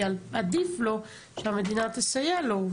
עדיף לו שהמדינה תסייע לו,